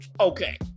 Okay